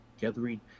gathering